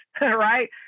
right